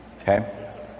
Okay